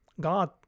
God